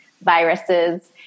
viruses